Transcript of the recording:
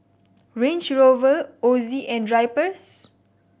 Range Rover Ozi and Drypers